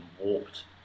warped